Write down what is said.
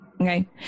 Okay